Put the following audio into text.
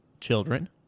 children